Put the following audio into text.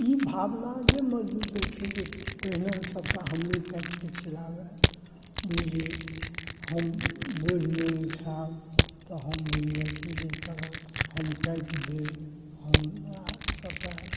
तऽ ई भावना जे मज़दूरके छै पहिने सभटा हमरे काटिकऽ चलि आबए जे हम बोझ नहि उठाएब तऽ हम ई अथी नहि करब हम काटि देब हमरा सभटा